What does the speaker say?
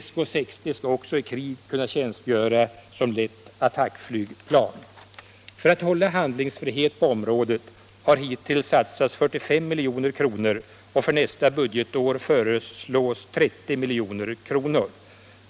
SK 60 skall också i krig kunna tjänstgöra som lätt attackflygplan. För att man skall upprätthålla handlingsfrihet på området har hittills satsats 45 milj.kr. och för nästa budgetår föreslås 30 milj.kr.